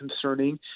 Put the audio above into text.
concerning